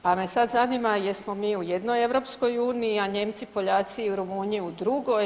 Pa me sad zanima jesmo mi u jednoj EU, a Nijemci, Poljaci i Rumunji u drugoj?